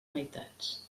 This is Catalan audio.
meitats